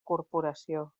corporació